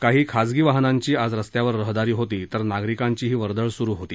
काही खाजगी वाहनांची आज रस्त्यावर रहदारी होती तर नागरिकांचीही वर्दळ पाहायला मिळाली